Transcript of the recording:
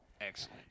excellent